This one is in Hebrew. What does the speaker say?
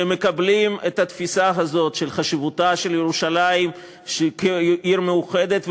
שמקבלים את התפיסה הזאת של חשיבותה של ירושלים כעיר מאוחדת,